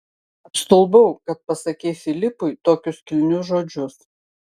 apstulbau kad pasakei filipui tokius kilnius žodžius